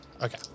Okay